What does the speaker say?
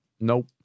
Nope